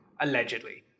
allegedly